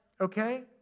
okay